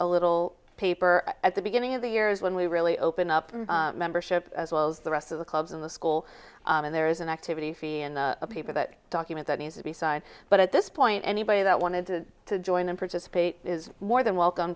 a little paper at the beginning of the years when we really open up membership as well as the rest of the clubs in the school and there is an activity fee and people that document that need to resign but at this point anybody that wanted to join and participate is more than welcome